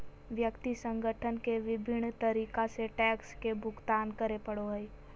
व्यक्ति संगठन के विभिन्न तरीका से टैक्स के भुगतान करे पड़ो हइ